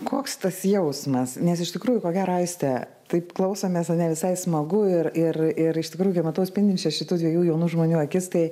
koks tas jausmas nes iš tikrųjų ko gero aiste taip klausomės ar ne visai smagu ir ir ir iš tikrųjų kai matau spindinčias šitų dviejų jaunų žmonių akis tai